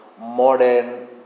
modern